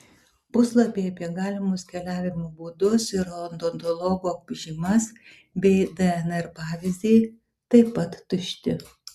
puslapiai apie galimus keliavimo būdus ir odontologo žymas bei dnr pavyzdį taip pat tušti